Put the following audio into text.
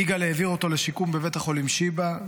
יגאל העביר אותו לשיקום בבית החולים שיבא,